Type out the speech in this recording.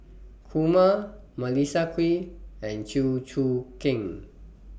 Kumar Melissa Kwee and Chew Choo Keng